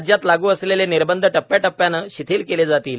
राज्यात लागू असलेले निर्बंध टप्प्याटप्प्यानं शिथिल केले जातील